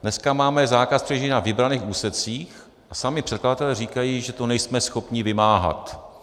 Dneska máme zákaz předjíždění na vybraných úsecích a sami předkladatelé říkají, že to nejsme schopni vymáhat.